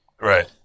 Right